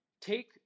Take